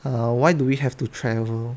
err why do we have to travel